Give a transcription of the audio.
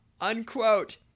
unquote